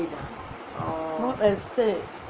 not estate